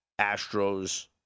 Astros